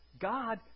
God